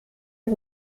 are